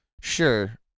Sure